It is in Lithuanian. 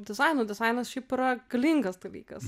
dizaino dizainas šiaip yra galingas dalykas